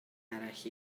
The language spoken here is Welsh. arall